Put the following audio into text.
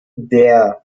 der